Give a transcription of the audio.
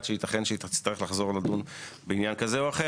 שיתכן והיא תצטרך לדון בעניין כזה או אחר,